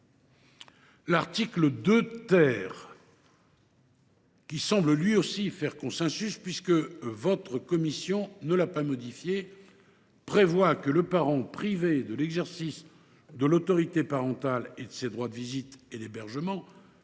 L’article 2, qui semble lui aussi faire consensus, puisque votre commission ne l’a pas modifié, prévoit que le parent privé de l’exercice de l’autorité parentale et de ses droits de visite et d’hébergement